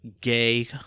gay